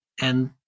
And-